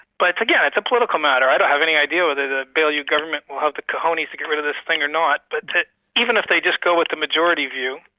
but again, it's a political matter. i don't have any idea whether the baillieu government will have the cojones to get rid of this thing or not, but even if they just go with the majority view,